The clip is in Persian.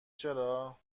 چرا